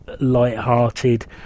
light-hearted